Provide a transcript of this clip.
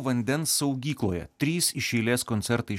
vandens saugykloje trys iš eilės koncertai